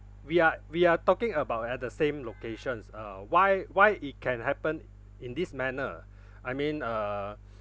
we are we are talking about at the same locations uh why why it can happen in this manner I mean uh